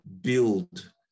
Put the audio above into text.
build